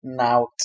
Out